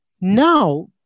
Now